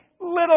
little